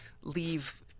leave